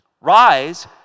rise